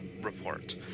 report